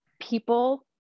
people